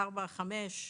ארבעה-חמישה,